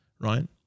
right